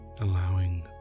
allowing